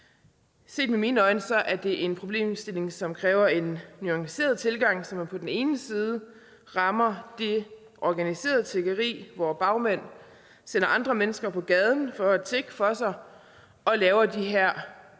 Set med mine øjne er det en problemstilling, som kræver en nuanceret tilgang, så man på den ene side rammer det organiserede tiggeri, hvor bagmænd sender andre mennesker på gaden for at tigge for sig og laver de her